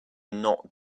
not